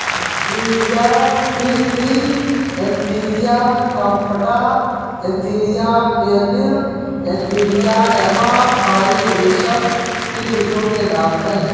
Antheraea frithi Antheraea compta Antheraea pernyi Antheraea yamamai रेशम के कीटो के नाम हैं